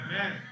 Amen